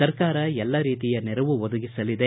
ಸರ್ಕಾರ ಎಲ್ಲ ರೀತಿಯ ನೆರವು ಒದಗಿಸಲಿದೆ